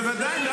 בוודאי.